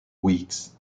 weeks